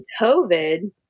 COVID